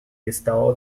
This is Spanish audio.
está